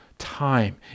time